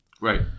right